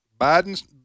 Biden's